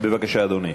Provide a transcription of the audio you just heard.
בבקשה, אדוני.